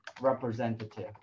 representative